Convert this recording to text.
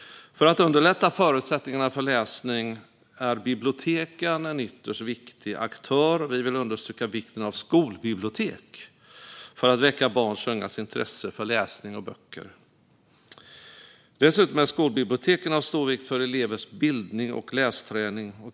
För att underlätta förutsättningarna för läsning är biblioteken en ytterst viktig aktör. Vi vill understryka vikten av skolbibliotek för att väcka barns och ungas intresse för läsning och böcker. Dessutom är skolbiblioteken av stor vikt för elevers bildning och lästräning.